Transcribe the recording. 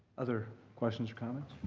other questions or comments?